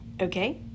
okay